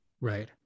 Right